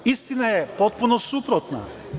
Istina je potpuno suprotna.